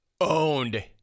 Owned